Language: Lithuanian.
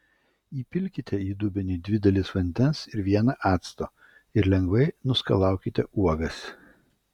įpilkite į dubenį dvi dalis vandens ir vieną acto ir lengvai nuskalaukite uogas